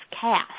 cast